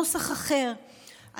נוסח אחר,